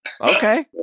Okay